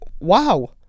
wow